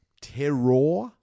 Terror